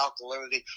alkalinity